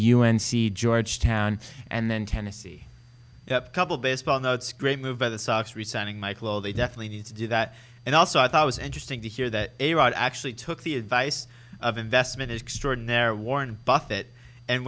c georgetown and then tennessee couple baseball notes great move by the sox resigning michael they definitely need to do that and also i thought was interesting to hear that a rod actually took the advice of investment extraordinary warren buffett and